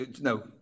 No